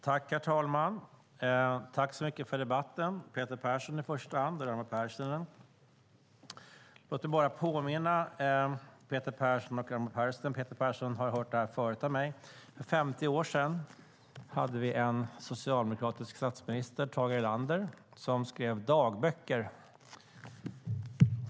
Herr talman! Tack så mycket för debatten, i första hand till Peter Persson och Raimo Pärssinen. Låt mig påminna Peter Persson och Raimo Pärssinen om, och Peter Persson har hört det förut av mig, att för 50 år sedan hade vi en socialdemokratisk statsminister som hette Tage Erlander som skrev dagböcker.